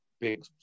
big